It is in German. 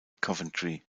coventry